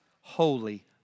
holy